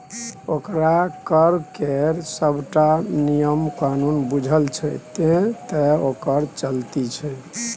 ओकरा कर केर सभटा नियम कानून बूझल छै तैं तँ ओकर चलती छै